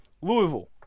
Louisville